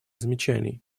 замечаний